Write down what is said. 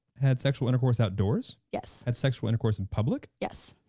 had sexual intercourse outdoors? yes. had sexual intercourse in public? yes.